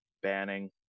banning